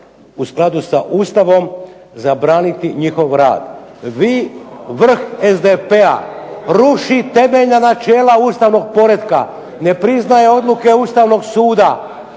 u skladu sa Ustavom zabraniti njihov rad. Vi vrh SDP-a ruši temeljna načela ustavnog poretka, ne priznaje odluke Ustavnog suda